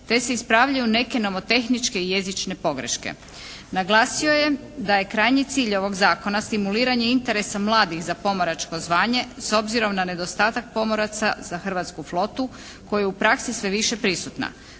te se ispravljaju neke nomotehničke i jezične pogreške. Naglasio je da je krajnji cilj ovog zakona simuliranje interesa mladih za pomoračko zvanje s obzirom na nedostatak pomoraca za hrvatsku flotu koja je u praksi sve više prisutna.